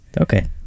Okay